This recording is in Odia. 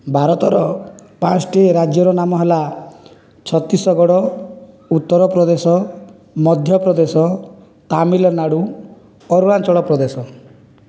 ଭାରତର ପାଞ୍ଚଟି ରାଜ୍ୟର ନାମ ହେଲା ଛତିଶଗଡ଼ ଉତ୍ତରପ୍ରଦେଶ ମଧ୍ୟପ୍ରଦେଶ ତାମିଲନାଡୁ ଅରୁଣାଚଳପ୍ରଦେଶ